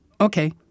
okay